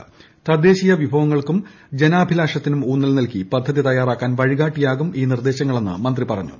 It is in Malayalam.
തിദ്ദേശീയ വിഭവങ്ങൾക്കും ജനാഭിലാഷത്തിനും ഊണ്ട് നൽകി പദ്ധതി തയ്യാറാക്കാൻ വഴികാട്ടിയാകും ഈ നിർദ്ദേ്ദ്ശങ്ങളെന്ന് മന്ത്രി പറഞ്ഞു